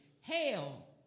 Hail